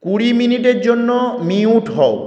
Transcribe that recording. কুড়ি মিনিটের জন্য মিউট হও